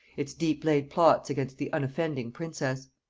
its deep-laid plots against the unoffending princess.